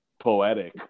poetic